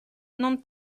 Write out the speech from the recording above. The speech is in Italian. non